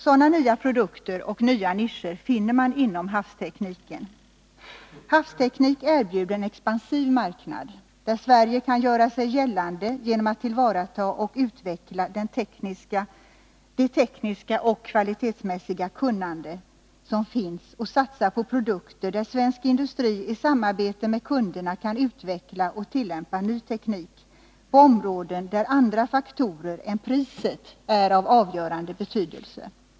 Sådana nya produkter och nya nischer finner man inom havstekniken. Havstekniken erbjuder en expansiv marknad, där Sverige kan göra sig gällande genom att tillvarata och utveckla det tekniska och kvalitetsmässiga kunnande som finns och satsa på produkter där svensk industri i samarbete med kunderna kan utveckla och tillämpa ny teknik på områden inom vilka andra faktorer än priset har avgörande betydelse.